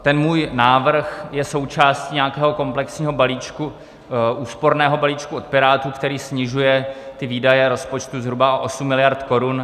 Ten můj návrh je součástí nějakého komplexního úsporného balíčku od Pirátů, který snižuje výdaje rozpočtu zhruba o 8 miliard korun.